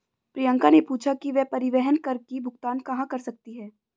प्रियंका ने पूछा कि वह परिवहन कर की भुगतान कहाँ कर सकती है?